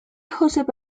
josep